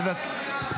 בבקשה.